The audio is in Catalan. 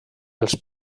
els